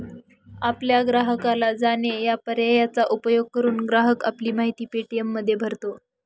आपल्या ग्राहकाला जाणे या पर्यायाचा उपयोग करून, ग्राहक आपली माहिती पे.टी.एममध्ये भरतो